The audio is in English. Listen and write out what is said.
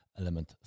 element